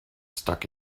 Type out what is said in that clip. stuck